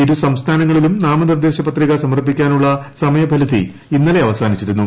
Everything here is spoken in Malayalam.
ഇരു സംസ്ഥാനങ്ങളിലും നാമനിർദ്ദേശ പത്രിക സ്മർപ്പിക്കാനുള്ള സമയപരിധി ഇന്നലെ അവസാനിച്ചിരുന്നു